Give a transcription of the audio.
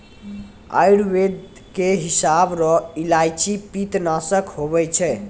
आयुर्वेद के हिसाब रो इलायची पित्तनासक हुवै छै